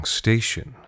station